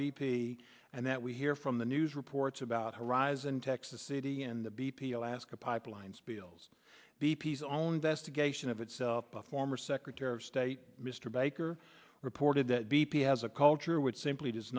p and that we hear from the news reports about horizon texas city and the b p alaska pipeline spills b p s own investigation of itself the former secretary of state mr baker reported that b p has a culture would simply does